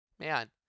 Man